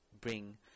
bring